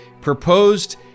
proposed